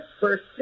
first